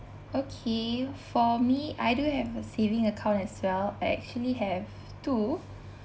okay for me I do have a saving account as well I actually have two